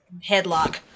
headlock